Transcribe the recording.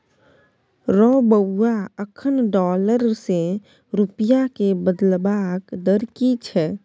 रौ बौआ अखन डॉलर सँ रूपिया केँ बदलबाक दर की छै?